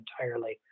entirely